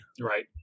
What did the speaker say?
Right